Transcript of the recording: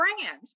brand